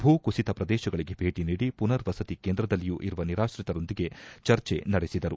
ಭೂ ಕುಸಿತ ಪ್ರದೇಶಗಳಿಗೆ ಭೇಟಿ ನೀಡಿ ಪುನರ್ವಸತಿ ಕೇಂದ್ರದಲ್ಲಿಯೂ ಇರುವ ನಿರಾತ್ರಿತರೊಂದಿಗೆ ಚರ್ಚೆ ನಡೆಸಿದರು